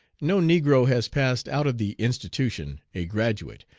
no negro has passed out of the institution a graduate,